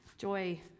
Joy